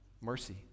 mercy